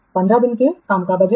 15 दिनों के काम का बजट